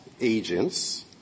agents